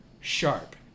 sharp